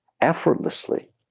effortlessly